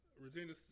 Regina